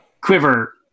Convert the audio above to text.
Quiver